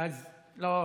לא.